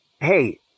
hey